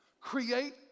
create